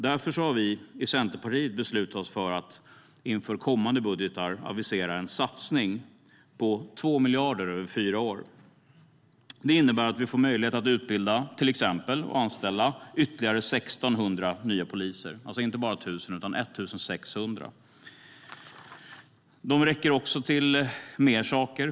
Därför har vi i Centerpartiet beslutat oss för att inför kommande budgetar avisera en satsning på 2 miljarder över fyra år. Det innebär att vi till exempel får möjlighet att utbilda och anställa ytterligare 1 600 nya poliser, alltså inte bara 1 000 utan 1 600. Det räcker också till mer saker.